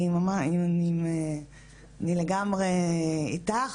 אני לגמרי איתך.